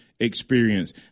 experience